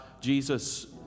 Jesus